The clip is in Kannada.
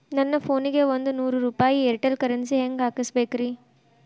ನನ್ನ ಫೋನಿಗೆ ಒಂದ್ ನೂರು ರೂಪಾಯಿ ಏರ್ಟೆಲ್ ಕರೆನ್ಸಿ ಹೆಂಗ್ ಹಾಕಿಸ್ಬೇಕ್ರಿ?